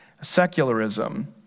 secularism